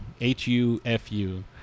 h-u-f-u